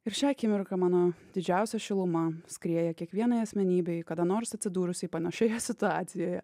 ir šią akimirką mano didžiausia šiluma skrieja kiekvienai asmenybei kada nors atsidūrusiai panašioje situacijoje